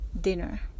dinner